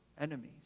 enemies